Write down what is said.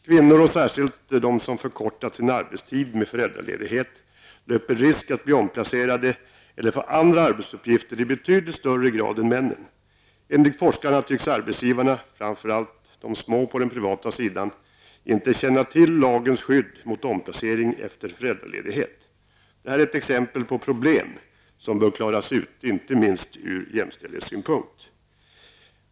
Kvinnor och särskilt de som har förkortat sin arbetstid efter föräldraledighet löper i betydligt större grad än männen risk att bli omplacerade eller få andra arbetsuppgifter. Enligt forskarna tycks arbetsgivarna -- framför allt de små på den privata sidan -- inte känna till lagens skydd mot omplacering efter föräldraledighet. Detta är ett exempel på problem som bör klaras ut, inte minst från jämställdhetssynpunkt.